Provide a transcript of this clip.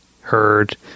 heard